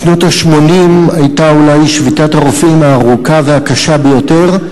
בשנות ה-80 היתה אולי שביתת הרופאים הארוכה והקשה ביותר,